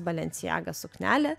balenciaga suknelė